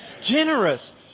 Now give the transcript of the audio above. generous